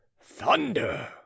Thunder